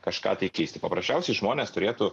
kažką keisti paprasčiausiai žmonės turėtų